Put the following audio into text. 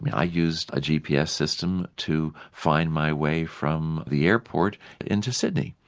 i used a gps system to find my way from the airport into sydney.